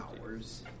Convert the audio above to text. hours